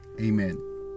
amen